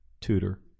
tutor